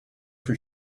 for